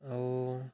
ଆଉ